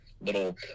little